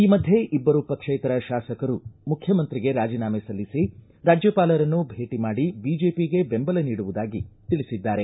ಈ ಮಧ್ಯೆ ಇಬ್ಬರು ಪಕ್ಷೇತರ ಶಾಸಕರೂ ಮುಖ್ಯಮಂತ್ರಿಗೆ ರಾಜನಾಮೆ ಸಲ್ಲಿಸಿ ರಾಜ್ಯಪಾಲರನ್ನು ಭೇಟಿ ಮಾಡಿ ಬಿಜೆಪಿಗೆ ಬೆಂಬಲ ನೀಡುವುದಾಗಿ ತಿಳಿಸಿದ್ದಾರೆ